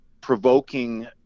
provoking